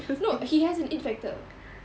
no he has an it factor